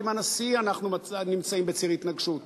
עם הנשיא אנחנו נמצאים בציר התנגשות,